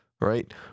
Right